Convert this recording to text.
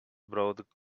brought